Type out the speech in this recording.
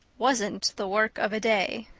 wasn't the work of a day.